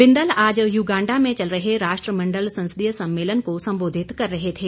बिंदल आज युगांडा में चल रहे राष्ट्रमंडल संसदीय सम्मेलन को संबोधित कर रहे थे